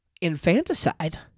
infanticide